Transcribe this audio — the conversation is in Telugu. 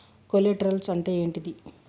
కొలేటరల్స్ అంటే ఏంటిది?